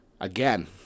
Again